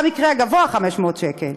במקרה הגבוה 500 שקל.